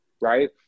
right